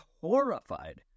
horrified